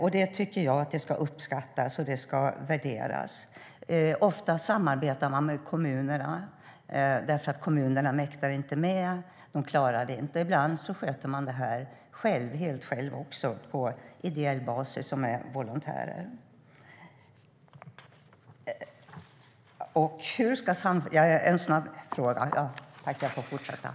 Det ska uppskattas och värderas. Ofta samarbetar man med kommunerna därför att kommunerna inte mäktar med. Ibland sköter de verksamheterna helt själva på ideell basis med hjälp av volontärer.